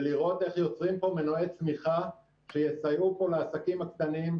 ולראות איך יוצרים פה מנועי צמיחה שיסייעו פה לעסקים הקטנים,